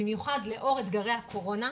במיוחד לאור אתגרי הקורונה,